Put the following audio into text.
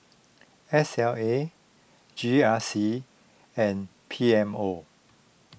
S L A G R C and P M O